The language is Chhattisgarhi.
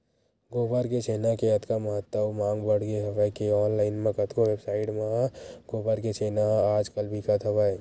गोबर के छेना के अतका महत्ता अउ मांग बड़गे हवय के ऑनलाइन म कतको वेबसाइड म गोबर के छेना ह आज कल बिकत हवय